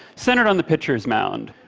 centered on the pitcher's mound,